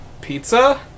pizza